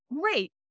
great